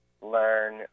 learn